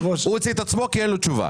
הוא הוציא את עצמו כי אין לו תשובה.